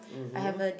mmhmm